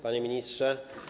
Panie Ministrze!